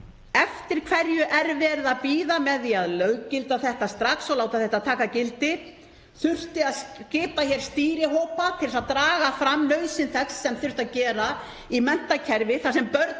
Eftir hverju er verið að bíða með því að löggilda þetta ekki strax og láta þetta taka gildi? Þurfti að skipa stýrihópa til að draga fram nauðsyn þess sem þarf að gera í menntakerfi þar sem börnunum